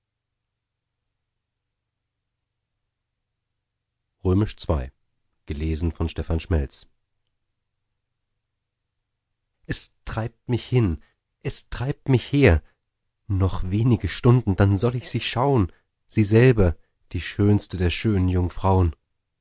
es treibt mich hin es treibt mich her noch wenige stunden dann soll ich sie schauen sie selber die schönste der schönen jungfrauen